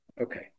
Okay